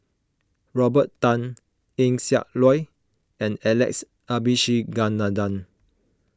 Robert Tan Eng Siak Loy and Alex Abisheganaden